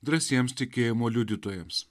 drąsiems tikėjimo liudytojams